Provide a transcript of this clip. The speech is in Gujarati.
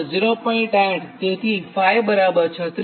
8 તેથી 𝜑 36